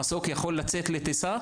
המסוק יכול לצאת לטיסה,